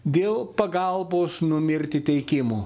dėl pagalbos numirti teikimo